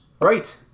Right